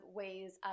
ways